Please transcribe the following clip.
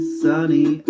sunny